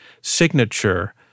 signature